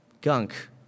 gunk